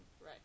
Right